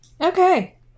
Okay